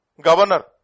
governor